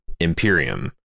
imperium